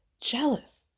jealous